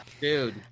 dude